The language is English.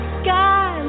sky